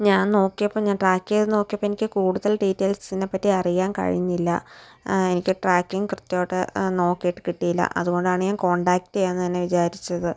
ഞാൻ നോക്കിയപ്പോൾ ഞാൻ ട്രാക്ക് ചെയ്ത് നോക്കിയപ്പോൾ എനിക്ക് കൂടുതൽ ഡീറ്റേയിൽസ് ഇതിനെപ്പറ്റി അറിയാൻ കഴിഞ്ഞില്ല എനിക്ക് ട്രാക്കിങ്ങ് കൃത്യമായിട്ട് നോക്കിയിട്ട് കിട്ടിയില്ല അതുകൊണ്ടാണ് ഞാൻ കോൺടാക്ട് ചെയ്യാമെന്ന് തന്നെ വിചാരിച്ചത്